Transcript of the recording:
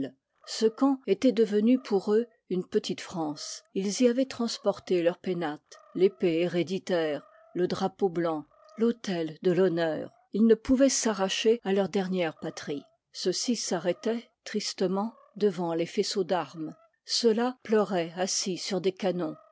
ce camp étoit devenu pour eux une petite france ils y avoient transporté leurs pénates fépée héréditaire le drapeau blanc l'autel de l'honneur ils ne pouvoient s'arracher à leur dernière patrie ceux-ci s arrétoient tristement devant les faisceaux d'armes ceux-là pjeuliv ii roient assis sur des canons